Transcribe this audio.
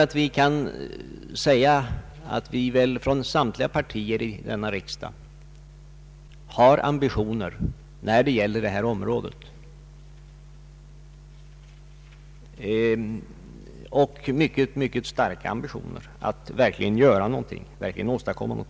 Jag vågar påstå att vi inom samtliga partier här i riksdagen har mycket starka ambitioner för att verkligen åstadkomma någonting på detta område.